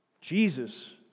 Jesus